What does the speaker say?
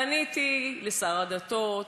פניתי לשר הדתות,